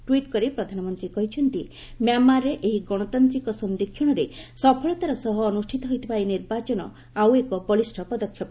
tweet କରି ପ୍ରଧାନମନ୍ତ୍ରୀ କହିଛନ୍ତି ମ୍ୟାମାର୍ରେ ଏହି ଗଣତାନ୍ତ୍ରିକ ସନ୍ଦିକ୍ଷଣରେ ସଫଳତାର ସହ ଅନୁଷ୍ଠିତ ହୋଇଥିବା ଏହି ନିର୍ବାଚନ ଆଉ ଏକ ବଳିଷ୍ଠ ପଦକ୍ଷେପ